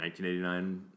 1989